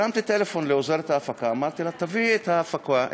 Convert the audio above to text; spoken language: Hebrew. הרמתי טלפון לעוזרת ההפקה ואמרתי לה: תביאי את ההפקה,